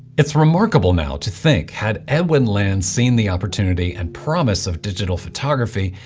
it's remarkable now to think had edwin land seen the opportunity and promise of digital photography,